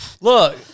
Look